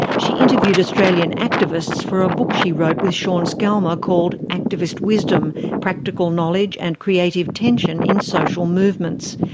she interviewed australian activists for a book she wrote with sean scalmer called activist wisdom practical knowledge and creative tension in social movements.